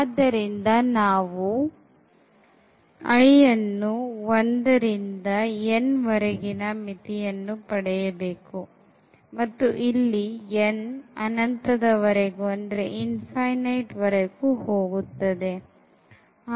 ಆದ್ದರಿಂದ ನಾವು i1 ಇಂದ n ವರೆಗಿನಮಿತಿಯನ್ನು ಪಡೆಯಬೇಕು ಮತ್ತು ಇಲ್ಲಿ n ಅನಂತದವರೆಗೂ ಹೋಗುತ್ತದೆ